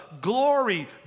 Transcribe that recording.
glory